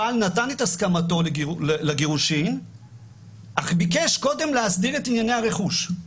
הבעל נתן את הסכמתו לגירושין אך ביקש קודם להסדיר את ענייני הרכוש.